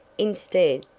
instead,